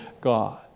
God